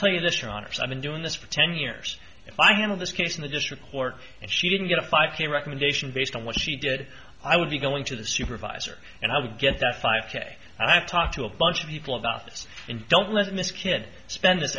tell you this your honors i've been doing this for ten years if i handle this case in the district court and she didn't get a five k recommendation based on what she did i would be going to the supervisor and i would get the five k i've talked to a bunch of people of office and don't let this kid spend th